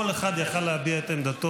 כל אחד יכול היה להביע את עמדתו.